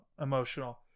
emotional